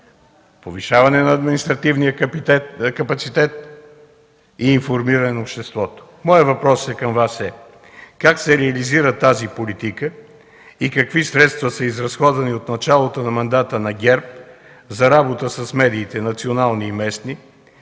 повишаване на административния капацитет и информиране на обществото. Моят въпрос към Вас е: как се реализира тази политика и какви средства са изразходвани отначалото на мандата на ГЕРБ за работа с медиите – национални и местни,